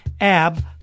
Ab